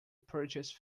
purchase